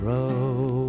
Road